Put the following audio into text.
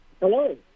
Hello